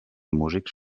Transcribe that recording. músics